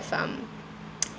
some